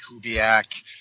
Kubiak